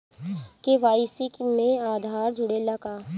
KYC में आधार जुड़े ला का?